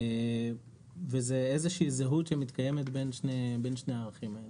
וזה איזושהי זהות שמתקיימת בין שני הערכים האלה.